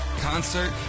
Concert